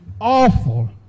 awful